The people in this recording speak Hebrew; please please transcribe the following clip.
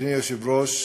אדוני היושב-ראש,